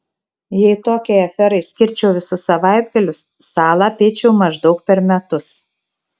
jei tokiai aferai skirčiau visus savaitgalius salą apeičiau maždaug per metus